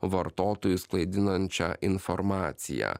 vartotojus klaidinančią informaciją